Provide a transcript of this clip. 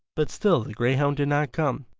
but still the greyhound did not come.